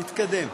נתקדם.